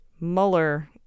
Mueller